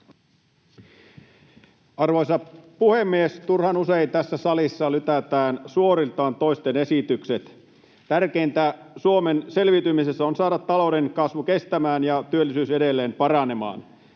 Arvoisa puhemies! Turhan usein tässä salissa lytätään suoriltaan toisten esitykset. Tärkeintä Suomen selviytymisessä on saada talouden kasvu kestämään ja työllisyys edelleen paranemaan.